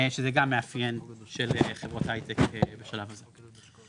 שזה גם מאפיין של חברות ההייטק בשלב הזה.